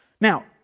Now